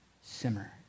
Simmer